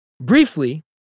briefly